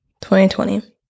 2020